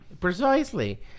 Precisely